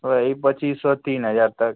वही पचीस सौ तीन हज़ार तक